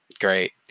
great